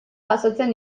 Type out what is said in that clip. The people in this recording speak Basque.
jasotzen